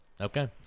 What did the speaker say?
Okay